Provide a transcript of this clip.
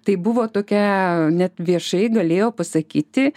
tai buvo tokia net viešai galėjo pasakyti